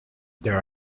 there